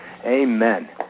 amen